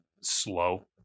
slow